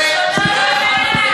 קריאה ראשונה.